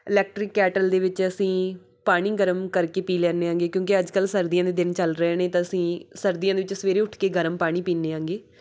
electric kettle ਦੇ ਵਿੱਚ ਅਸੀਂ ਪਾਣੀ ਗਰਮ ਕਰਕੇ ਪੀ ਲੈਂਦੇ ਆਂਗੇ ਕਿਉਂਕਿ ਅੱਜ ਕੱਲ੍ਹ ਸਰਦੀਆਂ ਦੇ ਦਿਨ ਚੱਲ ਰਹੇ ਨੇ ਤਾਂ ਅਸੀਂ ਸਰਦੀਆਂ ਦੇ ਵਿੱਚ ਸਵੇਰੇ ਉੱਠ ਕੇ ਗਰਮ ਪਾਣੀ ਪੀਂਦੇ ਆਂਗੇ